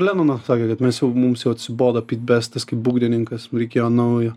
lenonas sakė kad mes jau mums jau atsibodo pit bestas kaip būgnininkas reikėjo naujo